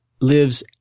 lives